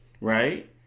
right